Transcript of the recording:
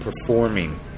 performing